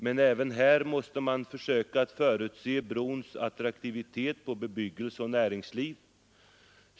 Men även här måste man försöka förutse brons attraktivitet för bebyggelse och näringsliv.